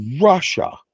russia